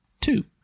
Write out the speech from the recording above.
Two